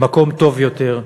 למקום טוב יותר.